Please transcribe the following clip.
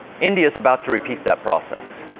india's about to repeat that process.